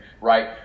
right